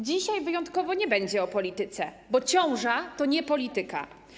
Dzisiaj wyjątkowo nie będzie o polityce, bo ciąża to nie polityka.